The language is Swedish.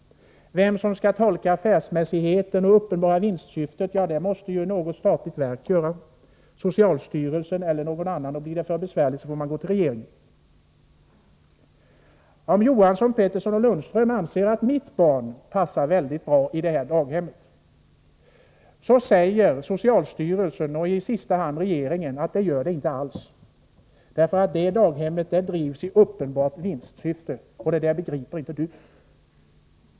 Vem skall tolka affärsmässigheten eller det uppenbara vinstsyftet? Jo, det måste ju något statligt verk göra, socialstyrelsen eller något annat, och blir det för besvärligt får man gå till regeringen. Om Andersson, Pettersson och Lundström anser att något av deras barn passar väldigt bra i det och det: daghemmet, så säger socialstyrelsen och i sista hand regeringen, att det gör det inte alls, för det daghemmet drivs i uppenbart vinstsyfte, och det där begriper inte du.